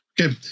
Okay